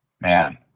man